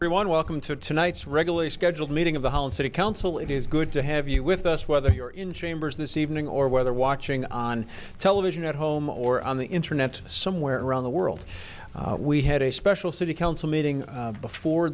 want welcome to tonight's regularly scheduled meeting of the whole city council it is good to have you with us whether you're in chambers this evening or whether watching on television at home or on the internet somewhere around the world we had a special city council meeting before